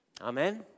Amen